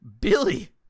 Billy